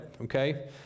okay